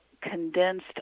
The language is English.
condensed